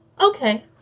Okay